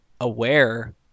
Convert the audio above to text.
aware